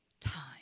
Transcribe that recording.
time